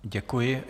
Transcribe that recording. Děkuji.